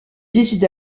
décide